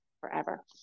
forever